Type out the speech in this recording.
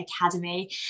Academy